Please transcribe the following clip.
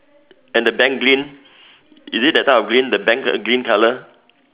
and the bank green is it that type of green the bank green colour